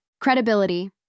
Credibility